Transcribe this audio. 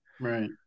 right